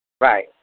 Right